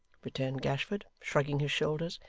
returned gashford, shrugging his shoulders,